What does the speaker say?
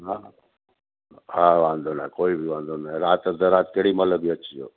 हा हा वांधो न आहे कोई बि वांधो न आहे राति अधु राति केॾी महिल बि अचिजो